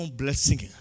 blessing